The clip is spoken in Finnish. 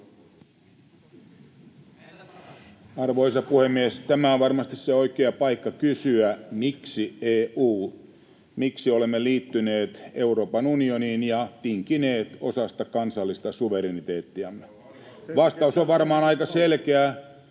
Arvoisa puhemies! Tämä on varmasti se oikea paikka kysyä, miksi EU, miksi olemme liittyneet Euroopan unioniin ja tinkineet osasta kansallista suvereniteettiamme. [Juha Mäenpää: Meitä